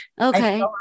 Okay